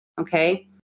Okay